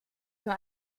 nur